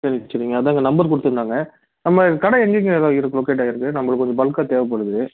சரி சரிங்க அதாங்க நம்பர் கொடுத்துருந்தாங்க நம்ம கடை எங்கேங்க இதாயிருக்கு லொக்கேட் ஆகிருக்கு நம்மளுக்கு கொஞ்சம் பல்க்கா தேவைப்படுது